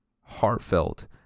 heartfelt